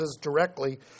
directly